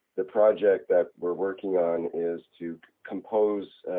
the project that we're working on, is to compose.